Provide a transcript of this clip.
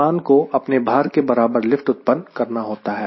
विमान को अपने भार के बराबर लिफ्ट उत्पन्न करना होता है